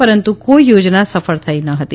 પરંતુ કોઇ યોજના સફળ થઇ ન હતી